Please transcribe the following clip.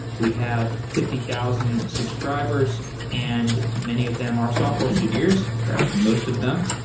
we have fifty thousand subscribers and many of them are software engineers, perhaps most of them,